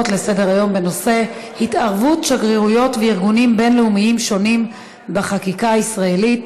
בנושא: התערבות שגרירויות וארגונים בין-לאומיים שונים בחקיקה ישראלית,